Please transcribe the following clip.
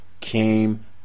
came